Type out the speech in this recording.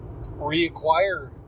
reacquire